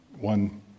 one